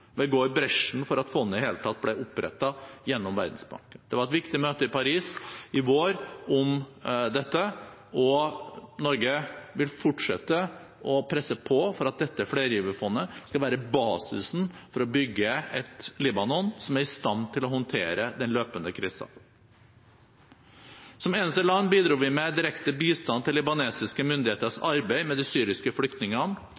vil fortsette å presse på for at dette flergiverfondet skal være basisen for å bygge et Libanon som er i stand til å håndtere den løpende krisen. Som eneste land bidro vi med direkte bistand til libanesiske myndigheters